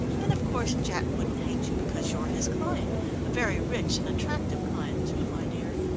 and, of course, jack wouldn't hate you because you're his client a very rich and attractive client too, my dear.